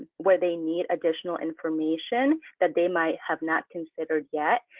where they need additional information that they might have not considered yet,